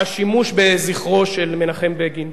השימוש בזכרו של מנחם בגין.